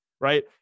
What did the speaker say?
Right